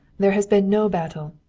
there has been no battle.